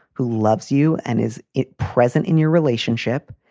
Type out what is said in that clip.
who loves you, and is it present in your relationship,